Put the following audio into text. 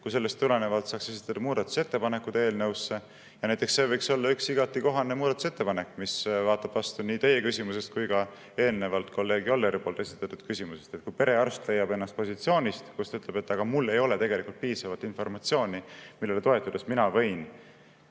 ja sellest tulenevalt saaks esitada muudatusettepanekuid eelnõusse. Näiteks see võiks olla üks igati kohane muudatusettepanek, mis vaatab vastu nii teie küsimusest kui ka eelnevalt kolleeg Jolleri esitatud küsimusest. Kui perearst leiab ennast positsioonist, kus tal ei ole piisavalt informatsiooni, millele toetudes ta võiks